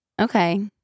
Okay